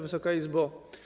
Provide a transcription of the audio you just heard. Wysoka Izbo!